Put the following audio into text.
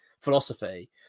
philosophy